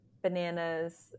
bananas